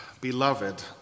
Beloved